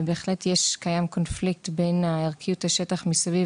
בהחלט קיים קונפליקט בין ערכיות השטח מסביב